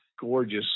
gorgeous